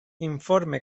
informe